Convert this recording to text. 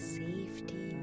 safety